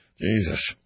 Jesus